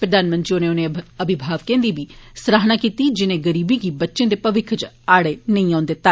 प्रधानमंत्री होरें उनें अभिभावकें दी बी सराहना कीती जिनें गरीबी गी बच्चें दे भविक्ख इच आड़े नेंई औन दिता